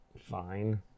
fine